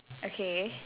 okay